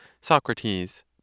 Socrates